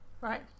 Right